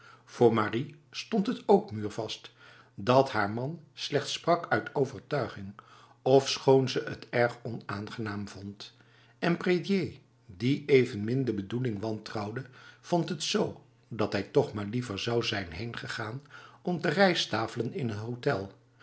voor marie stond het ook muurvast dat haar man slechts sprak uit overtuiging ofschoon ze het erg onaangenaam vond en prédier die evenmin de bedoeling wantrouwde vond het z dat hij toch maar liever zou zijn heengegaan om te rijsttafelen in het hotel